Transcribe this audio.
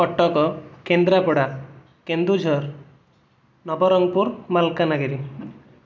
Cuttack Kendrapara Keonjhar Nabarangpur Malkangiri